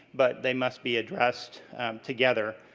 but they must be addressed together.